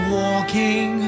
walking